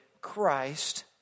Christ